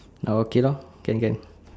oh okay lor can can